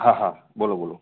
હા હા બોલો બોલો